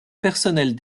personnelle